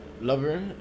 lover